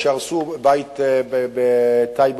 או שהרסו בית בטייבה,